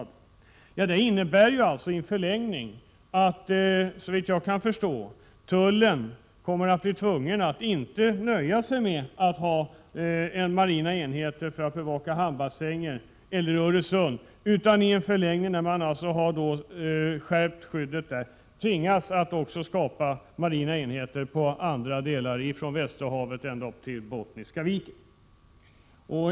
Detta innebär i förlängningen att tullen, såvitt jag kan förstå, inte kommer att kunna nöja sig med att ha enheter för att bevaka hamnbassänger eller Öresund utan senare, när det skyddet har skärpts, också blir tvungen att skapa enheter på andra ställen, från Västerhavet ända upp till Bottniska viken.